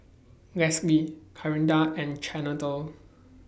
Leslee Clarinda and Chantel